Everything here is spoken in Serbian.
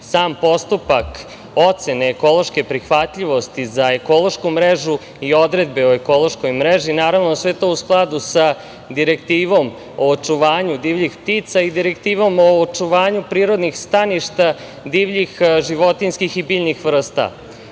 sam postupak ocene ekološke prihvatljivosti za ekološku mrežu i odredbe o ekološkoj mreži, naravno, sve to u skladu sa Direktivom o očuvanju divljih ptica i Direktivom o očuvanju prirodnih staništa divljih životinjskih i biljnih vrsta. Ono